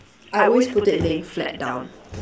I would always put it laying flat down